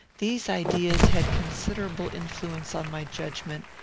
these ideas had considerable influence on my judgment,